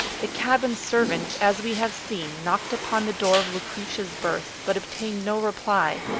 the cabin servant, as we have seen, knocked upon the door of lucretia's berth, but obtained no reply.